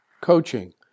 Coaching